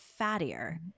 fattier